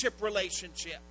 relationship